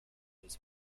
his